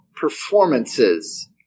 performances